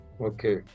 Okay